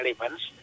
elements